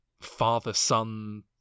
father-son